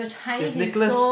is Nicholas